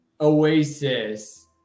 oasis